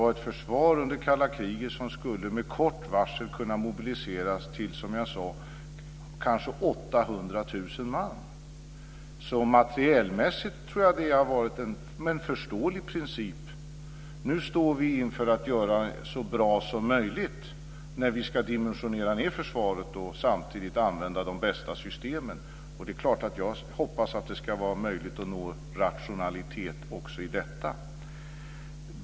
Det var under kalla kriget ett försvar som med kort varsel skulle kunna mobiliseras till, som jag sade, kanske 800 000 man. Materielmässigt tror jag att det har varit en förståelig princip. Nu står vi inför att göra det så bra som möjligt när vi ska minska försvaret och samtidigt använda de bästa systemen. Det är klart att jag hoppas att det ska vara möjligt att nå rationalitet också i detta.